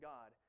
God